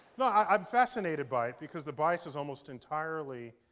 yeah i'm fascinated by it, because the bias is almost entirely